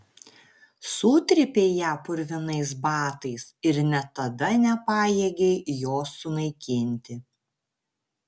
sutrypei ją purvinais batais ir net tada nepajėgei jos sunaikinti